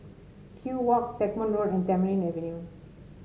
Kew Walk Stagmont Road and Tamarind Avenue